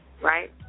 right